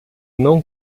não